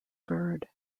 bird